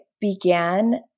began